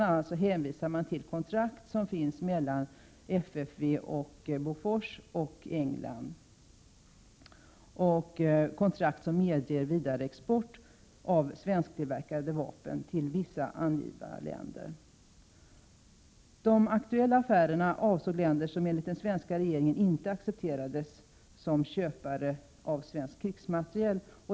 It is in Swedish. a. hänvisar man till kontrakt mellan FFV, Bofors och England, kontrakt som medger vidareexport av svensktillverkade vapen till vissa angivna länder. De aktuella affärerna avsåg länder som enligt den svenska regeringen inte accepterades som köpare av svensk krigsmateriel.